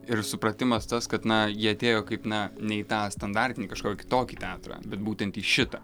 ir supratimas tas kad na jie atėjo kaip na nei tą standartinį kažkokį kitokį teatrą bet būtent į šitą